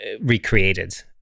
recreated